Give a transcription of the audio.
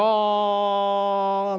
um